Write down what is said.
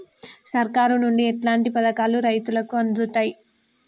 సర్కారు నుండి ఎట్లాంటి పథకాలు రైతులకి అందుతయ్?